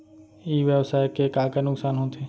ई व्यवसाय के का का नुक़सान होथे?